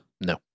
No